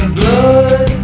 blood